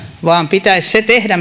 vaan pitäisi tehdä